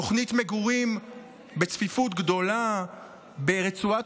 תוכנית מגורים בצפיפות גדולה ברצועת